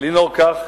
לנהוג כך,